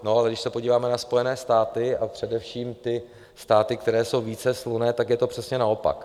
Ale když se podíváme na Spojené státy, a především ty státy, které jsou více slunné, tak je to přesně naopak.